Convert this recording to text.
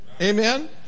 Amen